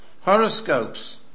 horoscopes